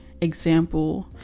example